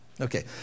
Okay